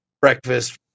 breakfast